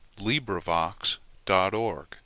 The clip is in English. LibriVox.org